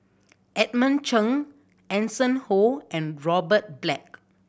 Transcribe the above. Edmund Cheng Hanson Ho and Robert Black